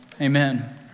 Amen